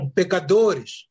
pecadores